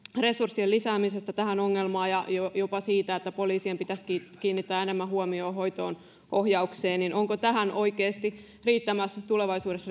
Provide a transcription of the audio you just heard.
resurssien lisäämisestä tähän ongelmaan ja jopa siitä että poliisien pitäisi kiinnittää enemmän huomiota hoitoonohjaukseen onko tähän oikeasti riittämässä tulevaisuudessa